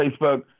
Facebook